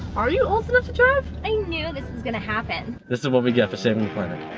are you old enough to drive? i knew this was going to happen. this is what we get for saving the planet.